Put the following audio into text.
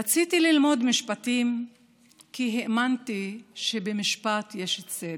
רציתי ללמוד משפטים כי האמנתי שבמשפט יש צדק.